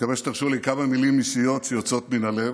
מקווה שתרשו לי כמה מילים אישיות, שיוצאות מן הלב.